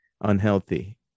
unhealthy